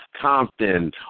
Compton